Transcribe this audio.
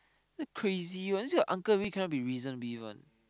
crazy one this kind of uncle really cannot be reasoned with one